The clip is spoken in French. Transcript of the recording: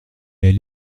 elle